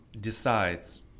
decides